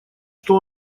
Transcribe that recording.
что